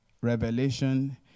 revelation